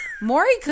Maury